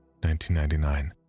1999